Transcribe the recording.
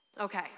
Okay